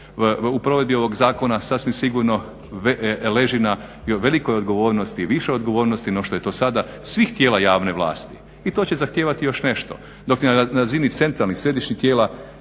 u provedbi ovog zakona sasvim sigurno leži na velikoj odgovornosti, više odgovornosti no što je to sada svih tijela javne vlasti i to će zahtijevati još nešto, dok je na razinu centralnih, središnjih tijela